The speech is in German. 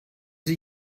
sie